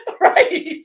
Right